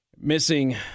missing